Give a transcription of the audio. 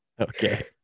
Okay